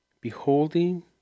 beholding